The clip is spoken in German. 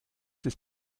ist